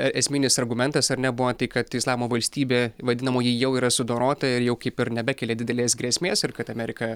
esminis argumentas ar ne buvo tai kad islamo valstybė vadinamoji jau yra sudorota ir jau kaip ir nebekelia didelės grėsmės ir kad amerika